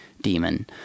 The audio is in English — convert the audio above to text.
demon